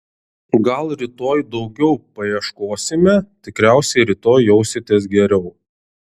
gal rytoj daugiau paieškosime tikriausiai rytoj jausitės geriau